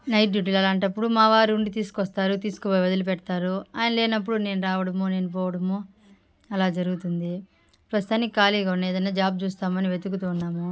night డ్యూటీలు అలాంటప్పుడు మా వారు ఉండి తీసుకొస్తారు తీసుకుపోయి వదిలిపెడతారు ఆయన లేనప్పుడు నేను రావడము నేను పోవడము అలా జరుగుతుంది ప్రస్తుతానికి ఖాళీగా ఉన్న ఏదన్న జాబ్ చూస్తామని వెతుకుతూ ఉన్నాము